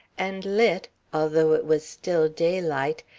and lit, although it was still daylight,